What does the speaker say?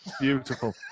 Beautiful